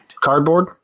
cardboard